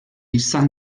izan